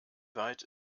weit